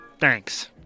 Thanks